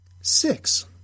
Six